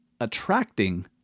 attracting